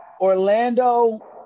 Orlando